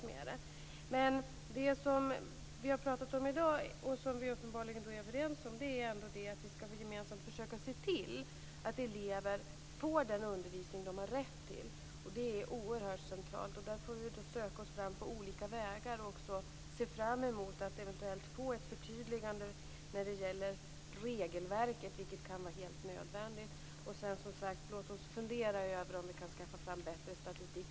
Men det som vi har pratat om i dag och som vi uppenbarligen är överens om är att vi gemensamt skall försöka se till att elever får den undervisning som de har rätt till. Det är oerhört centralt. Vi får väl söka oss fram på olika vägar och se fram emot ett eventuellt förtydligande av regelverket, vilket kan vara helt nödvändigt. Och som sagt: Låt oss fundera över om vi kan skaffa fram bättre statistik.